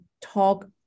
talk